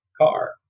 car